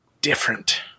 different